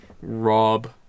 rob